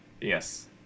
Yes